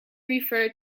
refer